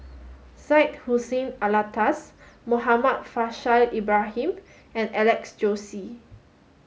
Syed Hussein Alatas Muhammad Faishal Ibrahim and Alex Josey